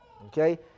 okay